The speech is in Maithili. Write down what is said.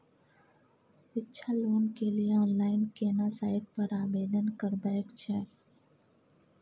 शिक्षा लोन के लिए ऑनलाइन केना साइट पर आवेदन करबैक छै?